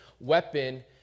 weapon